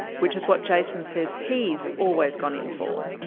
which is what jason says he's always gone in for.